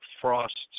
frosts